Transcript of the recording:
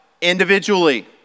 individually